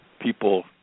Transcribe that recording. people